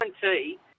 guarantee